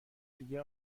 دیگه